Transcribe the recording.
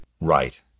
Right